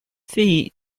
feet